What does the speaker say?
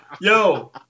yo